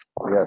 Yes